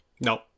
Nope